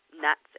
nuts